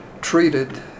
treated